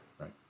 right